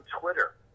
Twitter